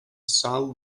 sal